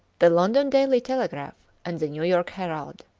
the london daily telegraph and the new york herald.